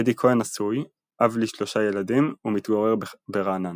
אדי כהן נשוי, אב ל-3 ילדים ומתגורר ברעננה.